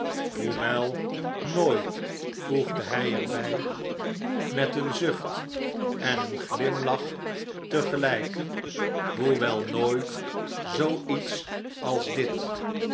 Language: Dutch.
hoewel nooit voegde hy er bij met een zucht en een glimlach tegelijk hoewel nooit zoo iets als dit